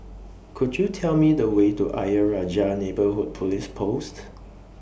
Could YOU Tell Me The Way to Ayer Rajah Neighbourhood Police Post